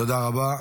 תודה רבה.